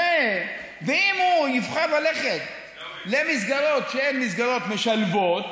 ואם הוא יבחר ללכת למסגרות שהן מסגרות משלבות,